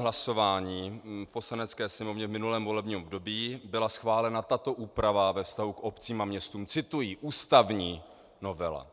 Hlasováním v Poslanecké sněmovně v minulém volebním období byla schválena tato úprava ve vztahu k obcím a městům cituji ústavní novela: